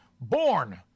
Born